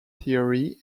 theory